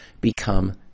become